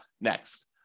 next